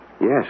Yes